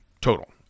Total